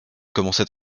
commençait